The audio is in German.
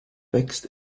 wächst